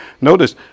notice